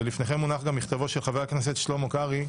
ולפניכם גם מונח מכתבו של חבר הכנסת שלמה קרעי,